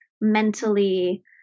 mentally